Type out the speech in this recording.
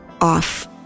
off